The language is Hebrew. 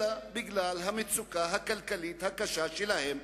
אלא בגלל המצוקה הכלכלית הקשה שלהם,